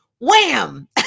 wham